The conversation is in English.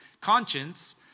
conscience